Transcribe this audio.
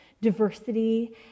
diversity